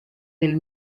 del